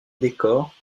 décor